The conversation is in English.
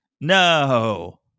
No